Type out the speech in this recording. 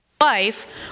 life